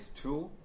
two